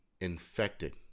infected